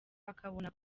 akabona